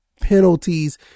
penalties